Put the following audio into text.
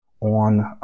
on